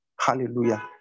Hallelujah